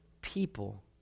people